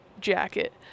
jacket